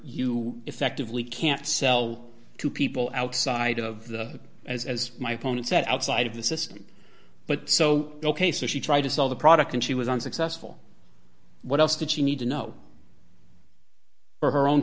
you effectively can't sell to people outside of the as my opponent said outside of the system but so ok so she tried to sell the product and she was unsuccessful what else did she need to know for her own